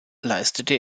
leistete